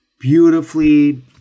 beautifully